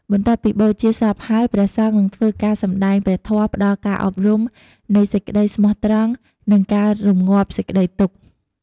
បន្ទាប់ពីបូជាសពហើយ ព្រះសង្ឃនិងធ្វើការសម្ដែងព្រះធម៌ផ្តល់ការអប់រំនៃសេចក្ដីស្មោះត្រង់ និងការរំងាប់សេចក្តីទុក្ខ។